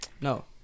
no